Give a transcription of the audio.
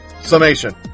summation